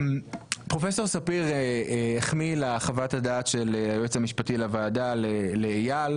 פרופסור ספיר החמיא לה חוות הדעת של היועץ המשפטי לוועדה לאייל,